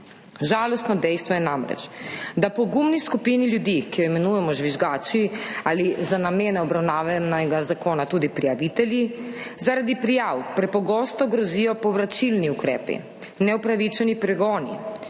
Žalostno dejstvo je namreč, da pogumni skupini ljudi, ki jo imenujemo žvižgači ali za namene obravnavanega zakona tudi prijavitelji, zaradi prijav prepogosto grozijo povračilni ukrepi, neupravičeni pregoni,